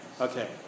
Okay